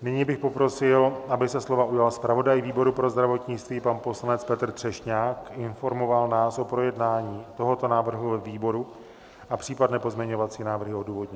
Nyní bych poprosil, aby se slova ujal zpravodaj výboru pro zdravotnictví pan poslanec Petr Třešňák, informoval nás o projednání tohoto návrhu ve výboru a případné pozměňovací návrhy odůvodnil.